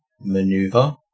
maneuver